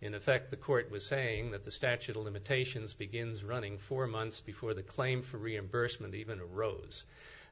in effect the court was saying that the statute of limitations begins running for months before the claim for reimbursement even a rose